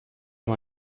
amb